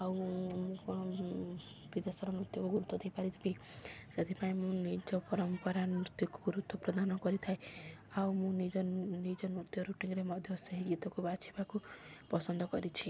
ଆଉ ମୁଁ କ'ଣ ବିଦେଶର ନୃତ୍ୟକୁ ଗୁରୁତ୍ୱ ଦେଇପାରିଥିବି ସେଥିପାଇଁ ମୁଁ ନିଜ ପରମ୍ପରା ନୃତ୍ୟକୁ ଗୁରୁତ୍ୱ ପ୍ରଦାନ କରିଥାଏ ଆଉ ମୁଁ ନିଜ ନିଜ ନୃତ୍ୟ ରୁଟିନ୍ରେ ମଧ୍ୟ ସେହି ଗୀତକୁ ବାଛିବାକୁ ପସନ୍ଦ କରିଛି